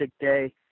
day